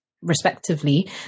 respectively